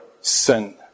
sin